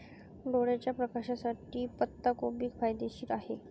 डोळ्याच्या प्रकाशासाठी पत्ताकोबी फायदेशीर आहे